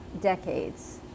decades